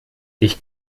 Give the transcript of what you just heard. ich